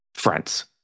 Friends